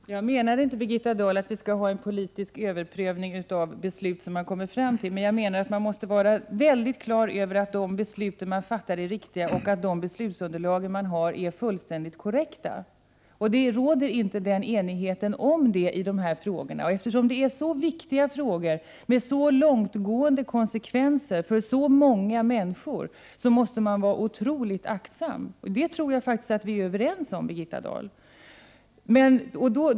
Herr talman! Jag menar inte, Birgitta Dahl, att vi skall ha en politisk överprövning av de beslut som har fattats. Men jag menar att man måste vara på det klara med att de beslut som har fattats är riktiga och att beslutsunderlagen är fullständigt korrekta. Det råder inte enighet om detta i dessa frågor. Eftersom det är så viktiga frågor med så långtgående konsekvenser för så många människor, måste man vara otroligt aktsam. Det tror jag faktiskt vi är överens om, Birgitta Dahl och jag.